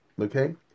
Okay